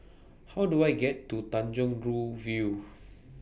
How Do I get to Tanjong Rhu View